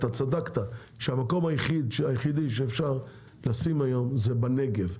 אתה צדקת שהמקום היחיד היחידי שאפשר לשים היום זה בנגב,